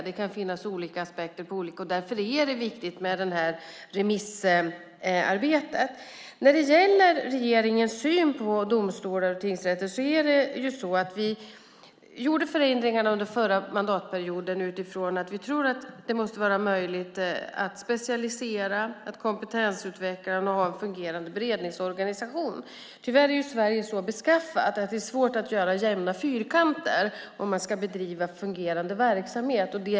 Det kan finnas olika aspekter på olika, och därför är det viktigt med remissarbetet. När det gäller regeringens syn på domstolar och tingsrätter gjorde vi förändringarna under förra mandatperioden utifrån att vi tror att det måste vara möjligt att specialisera sig, att kompetensutveckla och ha en fungerande beredningsorganisation. Tyvärr är Sverige så beskaffat att det är svårt att göra jämna fyrkanter för att bedriva fungerande verksamhet.